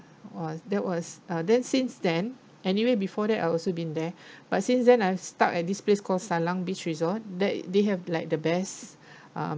!wah! that was uh then since then anyway before that I've also been there but since then I'm stuck at this place called salang beach resort that they have like the best um